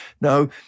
No